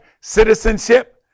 citizenship